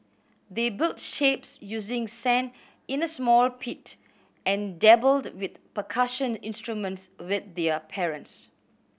they built shapes using sand in a small pit and dabbled with percussion instruments with their parents